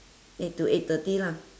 eight to eight thirty lah